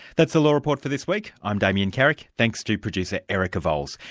that's the law report for this week, i'm damien carrick, thanks to producer erica vowles,